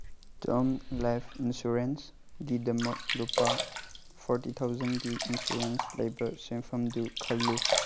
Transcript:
ꯇꯥꯝ life ꯏꯟꯁꯨꯔꯦꯟꯁꯒꯤꯗꯃꯛ ꯂꯨꯄꯥ forty ꯊꯥꯎꯖꯟꯒꯤ ꯏꯟꯁꯨꯔꯦꯟꯁ ꯂꯩꯕ ꯁꯦꯟꯐꯝꯗꯨ ꯈꯜꯂꯨ